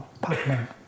partner